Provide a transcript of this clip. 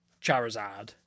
Charizard